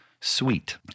sweet